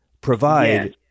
provide